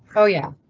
oh yeah.